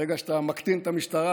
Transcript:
ברגע שאתה מקטין את המשטרה,